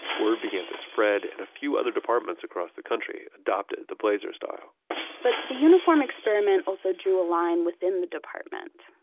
word began to spread and a few other departments across the country adopted the blazer style but the uniform experiment also drew a line within the department.